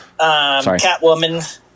Catwoman